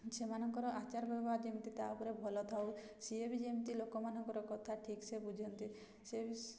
ସେମାନଙ୍କର ଆଚାର ବ୍ୟବହାର ଯେମିତି ତା ଉପରେ ଭଲ ଥାଉ ସିଏ ବି ଯେମିତି ଲୋକମାନଙ୍କର କଥା ଠିକ୍ସେ ବୁଝନ୍ତି ସେ ବି